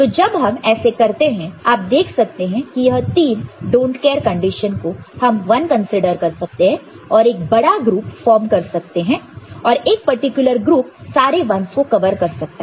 तो जब हम ऐसे करते हैं तो आप देख सकते हैं कि यह तीन डोंट केयर कंडीशन को हम 1 कंसीडर कर सकते हैं और एक बड़ा ग्रुप फॉर्म कर सकते हैं और एक पर्टिकुलर ग्रुप सारे 1's को कवर कर सकता है